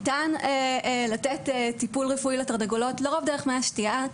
ניתן לתת טיפול רפואי לתרנגולות לא רק דרך מי השתיה.